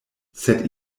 sed